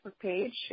page